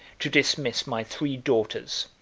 to dismiss my three daughters,